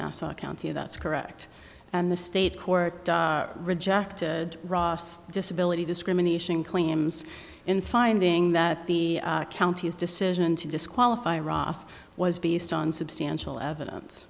nassau county that's correct and the state court rejected ross disability discrimination claims in finding that the county's decision to disqualify raaf was based on substantial evidence